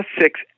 six